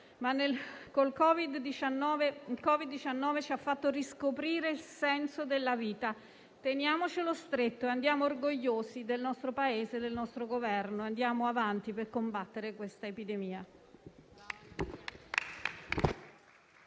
Ma il Covid-19 ci ha fatto riscoprire il senso della vita; teniamocelo stretto, andiamo orgogliosi del nostro Paese e del nostro Governo e andiamo avanti per combattere questa epidemia.